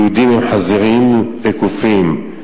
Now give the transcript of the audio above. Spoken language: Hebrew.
יהודים הם קופים וחזירים,